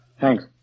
Thanks